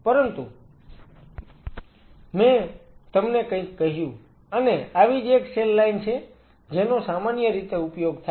પરંતુ મેં તમને કંઈક કહ્યું અને આવી જ એક સેલ લાઈન છે જેનો સામાન્ય રીતે ઉપયોગ થાય છે